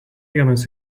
vienas